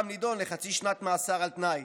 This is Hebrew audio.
אכרם נידון לחצי שנת מאסר על תנאי.